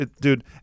dude